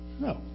No